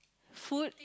food